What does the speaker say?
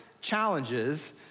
challenges